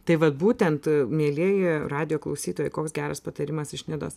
tai vat būtent mielieji radijo klausytojai koks geras patarimas iš nidos